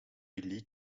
league